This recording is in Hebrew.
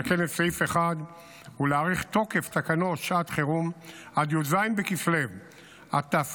לתקן את סעיף 1 ולהאריך תוקף תקנות שעת החירום עד י"ז בכסלו התשפ"ה,